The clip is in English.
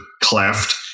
cleft